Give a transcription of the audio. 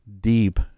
deep